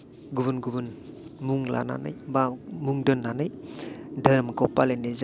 गुबुन गुबुन मुं लानानै बा मुं दोन्नानै दोहोरोमखौ फालिनाय जायो